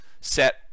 set